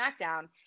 Smackdown